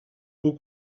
haut